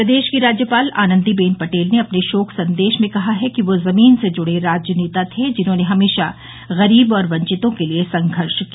प्रदेश की राज्यपाल आनंदीबेन पटेल ने अपने शोक सन्देश में कहा है कि वह जमीन से जुड़े राजनेता थे जिन्होंने हमेशा गरीब और वंचितों के लिए संघर्ष किया